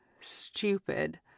stupid